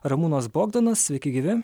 ramūnas bogdanas sveiki gyvi